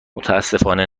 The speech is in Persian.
متأسفانه